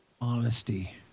Honesty